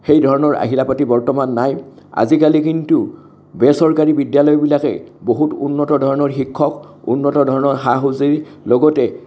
সেইধৰণৰ আহিলাপাতি বৰ্তমান নাই আজিকালি কিন্তু বেচৰকাৰী বিদ্যালয়বিলাকে বহুত উন্নত ধৰণৰ শিক্ষক উন্নত ধৰণৰ সা সঁজুলি লগতে